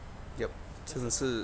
yup 真的是